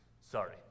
Sorry